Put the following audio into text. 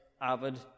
avid